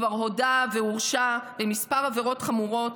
כבר הודה והורשע בכמה עבירות חמורות,